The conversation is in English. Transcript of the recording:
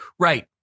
Right